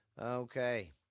Okay